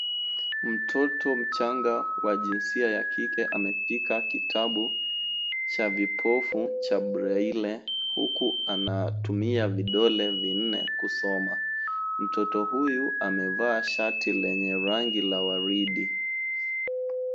Mtoto mchanga wa jinsia ya kike ameshika kitabu cha vipofu cha breile, huku anatumia vidole vinne kusoma. Mtoto huyu amevaa shati lenye rangi la waridi.